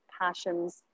passions